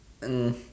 mm